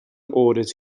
orders